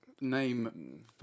Name